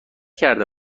کرده